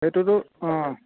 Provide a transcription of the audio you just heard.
সেইটোতো অঁ